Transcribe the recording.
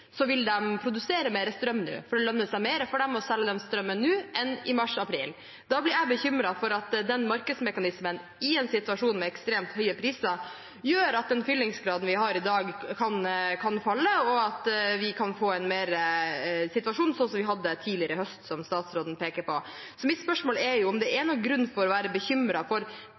vil de produsere mer strøm nå, for det lønner seg mer for dem å selge den strømmen nå enn i mars/april. Da blir jeg bekymret for at den markedsmekanismen i en situasjon med ekstremt høye priser gjør at den fyllingsgraden vi har i dag, kan falle, og at vi kan få en situasjon mer som den vi hadde tidligere, i fjor høst, som statsråden pekte på. Så mitt spørsmål er om det er noen grunn til å være bekymret for